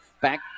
Back